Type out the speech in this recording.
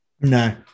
No